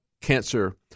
cancer